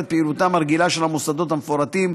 פעילותם הרגילה של המוסדות המפורטים,